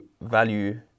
value